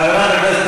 הכול כדי לחמוק,